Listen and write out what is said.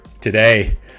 today